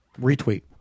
Retweet